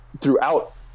throughout